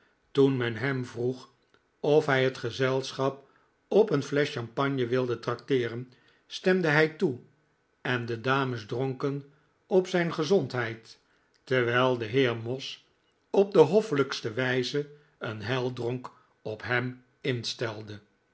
toen men hem vroeg of hij het gezelschap op een flesch champagne wilde trakteeren stemde hij toe en de dames dronken op zijn gezondheid terwijl de heer moss op de hoffelijkste wijze een heildronk op hem instelde